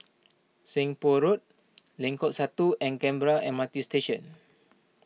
Seng Poh Road Lengkok Satu and Canberra M R T Station